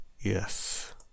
Yes